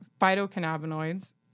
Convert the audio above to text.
phytocannabinoids